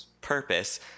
purpose